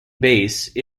base